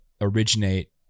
originate